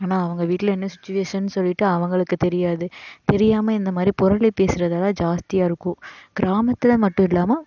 ஆனால் அவங்க வீட்ல என்ன சிச்சுவேஷன் சொல்லிட்டு அவங்களுக்கு தெரியாது தெரியாமல் இந்த மாதிரி புரளி பேசறதுலாம் ஜாஸ்தியாக இருக்கும் கிராமத்தில் மட்டும் இல்லாமல்